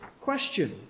question